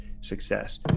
success